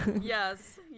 Yes